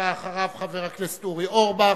הבא אחריו, חבר הכנסת אורי אורבך,